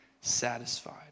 satisfied